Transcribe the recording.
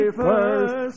first